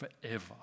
forever